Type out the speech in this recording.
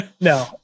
No